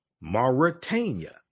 Mauritania